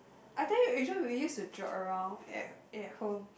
I think it's just we used to joke around at at home